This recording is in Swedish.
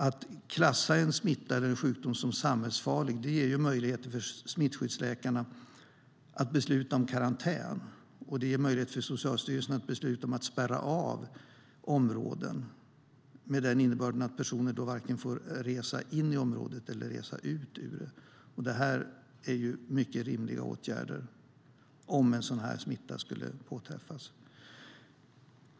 Att klassa en smitta eller en sjukdom som samhällsfarlig ger möjlighet för smittskyddsläkarna att besluta om karantän, och det ger möjlighet för Socialstyrelsen att besluta om att spärra av områden med innebörden att personer då varken får resa in i området eller resa ut ur det. Det är mycket rimliga åtgärder om en sådan smitta skulle påträffas.